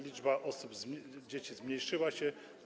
Liczba osób, dzieci zmniejszyła się.